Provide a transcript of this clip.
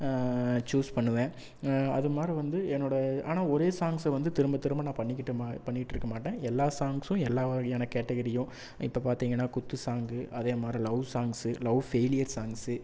choose பண்ணுவேன் அதுமாதிரி வந்து என்னோடய ஆனால் ஒரே சாங்ஸை வந்து திரும்பத் திரும்ப நான் பண்ணிக்கிட்ட மா பண்ணிக்கிட்டிருக்க மாட்டேன் எல்லா சாங்ஸும் எல்லா வகையான கேட்டகிரீயும் இப்போ பார்த்தீங்கன்னா குத்து சாங் அதேமாதிரி love songs love failure songs